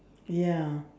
ya